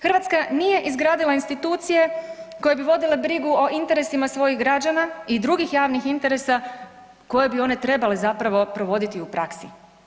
Hrvatska nije izgradila institucije koje bi vodile brigu o interesima svojih građana i drugih javnih interesa koje bi one trebale zapravo provoditi u praksi.